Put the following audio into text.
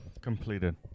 Completed